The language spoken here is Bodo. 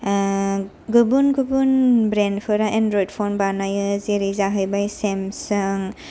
गुबुन गुबुन ब्रेन्ड फोरा एन्ड्रइड फन बानायो जेरै जाहैबाय सेमसां